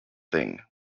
thing